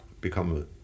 become